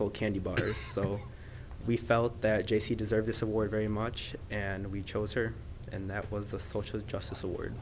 so candy bars so we felt that jaycee deserve this award very much and we chose her and that was the social justice award